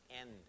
end